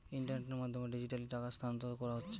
ইন্টারনেটের মাধ্যমে ডিজিটালি টাকা স্থানান্তর কোরা হচ্ছে